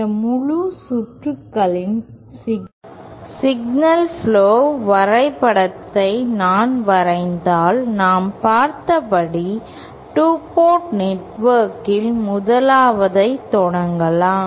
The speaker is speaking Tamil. இந்த முழு சுற்றுகளின் சிக்னல் புளோ வரைபட வரைபடத்தை நான் வரைந்தால் நாம் பார்த்தபடி 2 போர்ட் நெட்ஒர்க்கில் முதலாவதை தொடங்கலாம்